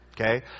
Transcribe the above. okay